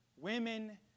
women